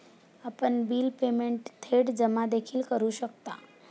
आपण bill payment थेट जमा देखील करू शकता